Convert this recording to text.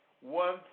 one